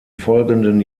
folgenden